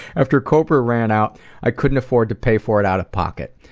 after cobra ran out i couldn't afford to pay for it out of pocket.